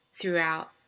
throughout